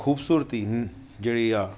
ख़ूबसूरती जहिड़ी आहे